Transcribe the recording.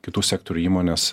kitų sektorių įmonės